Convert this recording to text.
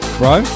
bro